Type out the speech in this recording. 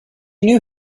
knew